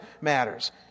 matters